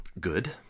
good